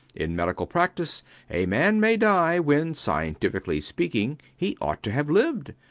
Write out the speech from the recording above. in medical practice a man may die when, scientifically speaking, he ought to have lived.